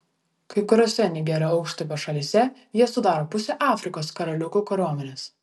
kai kuriose nigerio aukštupio šalyse jie sudaro pusę afrikos karaliukų kariuomenės